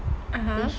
(uh huh)